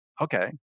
okay